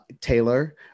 Taylor